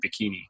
bikini